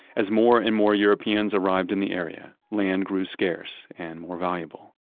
as more and more europeans arrived in the area, land grew scarce and more valuable.